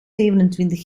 zevenentwintig